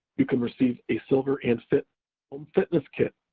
you can receive a silver and fit home fitness kit,